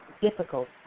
difficult